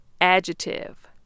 adjective